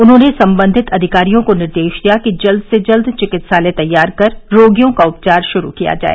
उन्होंने सम्बंधित अधिकारियों को निर्देश दिया कि जल्द से जल्द चिकित्सालय तैयार कर रोगियों का उपचार शुरू किया जाए